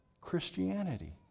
Christianity